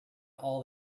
all